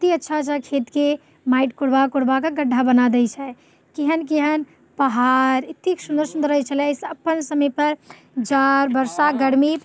कतेक अच्छा अच्छा खेतके माटि कोरबा कोरबाकऽ गड्ढा बना दय छै केहन केहन पहाड़ एतेक सुन्दर सुन्दर लगैत छलै एहिसँ अपन समय पर जाढ़ बरसा गर्मी